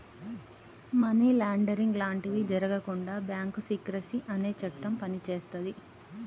money laundering లాంటివి జరగకుండా bank secrecy అనే చట్టం పనిచేస్తది